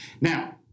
now